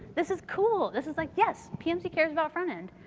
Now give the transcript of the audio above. this is cool. this is like, yes. pmc cares about frontend.